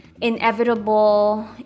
inevitable